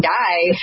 die